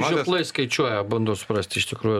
žioplai skaičiuoja bandau suprasti iš tikrųjų